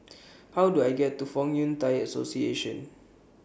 How Do I get to Fong Yun Thai Association